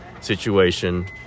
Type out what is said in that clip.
situation